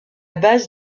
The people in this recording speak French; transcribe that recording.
base